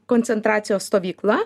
koncentracijos stovykla